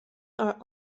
are